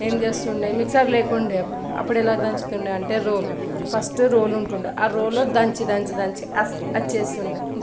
ఏం చేస్తుండే మిక్సర్ లేకుండే అప్పుడు అప్పుడు ఎలా దంచుతుండే అంటే రోలు ఫస్ట్ రోలు ఉంటుండే ఆ రోలులో దంచి దంచి దంచి అది చేస్తుండే